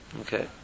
Okay